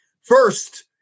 First